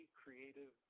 creative